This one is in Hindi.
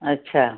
अच्छा